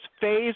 phase